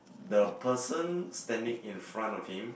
the person standing in front of him